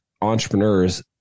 entrepreneurs